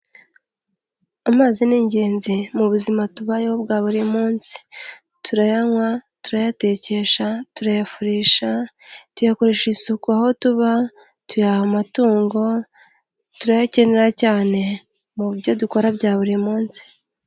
Amazi ni ingenzi mu buzima tubayeho bwa buri munsi turayanywa, turayatekesha turayafurisha, tuyakoresha isuku aho tuba, tuyaha amatungo, turayakenera cyane mu byo dukora bya buri munsi.